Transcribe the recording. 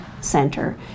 center